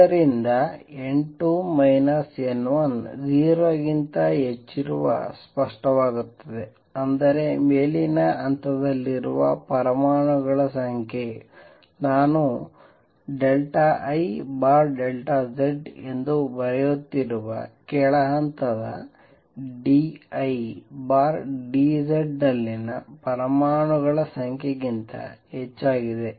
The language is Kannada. ಇದರಿಂದ n2 n1 0 ಗಿಂತ ಹೆಚ್ಚಿರುವು ಸ್ಪಷ್ಟವಾಗುತ್ತದೆ ಅಂದರೆ ಮೇಲಿನ ಹಂತದಲ್ಲಿರುವ ಪರಮಾಣುಗಳ ಸಂಖ್ಯೆ ನಾನು IZ ಎಂದು ಬರೆಯುತ್ತಿರುವ ಕೆಳ ಹಂತದ d I d Zನಲ್ಲಿನ ಪರಮಾಣುಗಳ ಸಂಖ್ಯೆಗಿಂತ ಹೆಚ್ಚಾಗಿದೆ